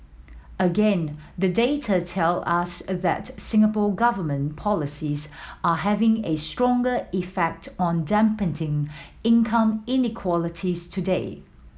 again the data tell us a that Singapore Government policies are having a stronger effect on dampening income inequality's today